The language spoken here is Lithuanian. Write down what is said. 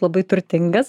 labai turtingas